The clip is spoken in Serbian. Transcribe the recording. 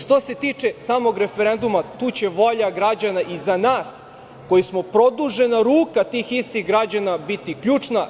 Što se tiče samog referenduma, tu će volja građana i za nas koji smo produžena ruka tih istih građana biti ključna.